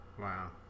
Wow